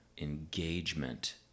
engagement